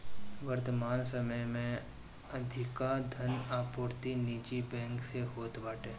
वर्तमान समय में अधिका धन आपूर्ति निजी बैंक से होत बाटे